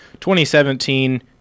2017